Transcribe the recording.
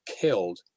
killed